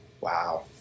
Wow